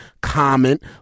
Comment